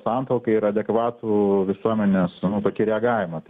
santuoką ir adekvatų visuomenės tokį reagavimą